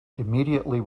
immediately